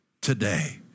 Today